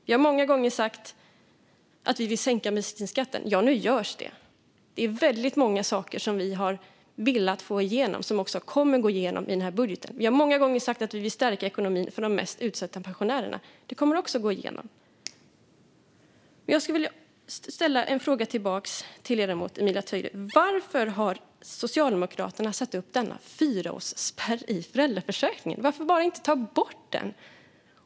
Vi har många gånger sagt att vi vill sänka bensinskatten. Nu görs det. Väldigt många saker som vi har velat få igenom kommer nu att gå igenom i och med den här budgeten. Vi har många gånger sagt att vi vill stärka ekonomin för de mest utsatta pensionärerna. Det kommer också att gå igenom. Jag vill ställa en fråga tillbaka till ledamoten Emilia Töyrä. Varför har Socialdemokraterna satt upp denna fyraårsspärr i föräldraförsäkringen? Varför inte bara ta bort den?